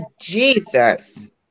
Jesus